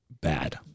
bad